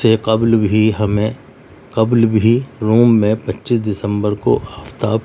سے قبل بھی ہمیں قبل بھی روم میں پچیس دسمبر کو ہفتہ